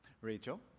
Rachel